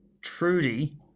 Trudy